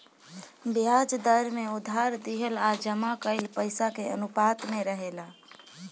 ब्याज दर में उधार दिहल आ जमा कईल पइसा के अनुपात में रहेला